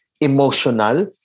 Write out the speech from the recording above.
emotional